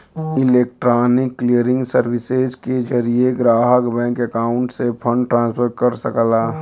electronic clearing services के जरिये ग्राहक बैंक अकाउंट से फंड ट्रांसफर कर सकला